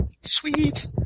Sweet